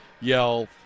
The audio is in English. yell